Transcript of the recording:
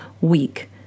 week